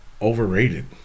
Overrated